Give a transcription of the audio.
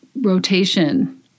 rotation